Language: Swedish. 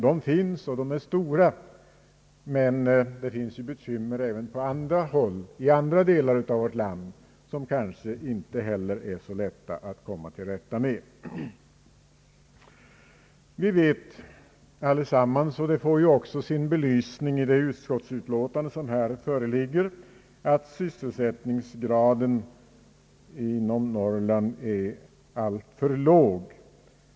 De finns och är stora, men det finns bekymmer även på andra håll i vårt land som det kanske inte heller är så lätt att komma till rätta med. Vi vet allesammans — detta får även sin belysning i det utskottsutlåtande som här föreligger — att sysselsätt ningsgraden i Norrland är alltför låg.